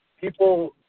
people